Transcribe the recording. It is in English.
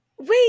Wait